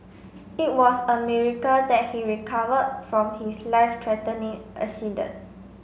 it was a miracle that he recovered from his life threatening accident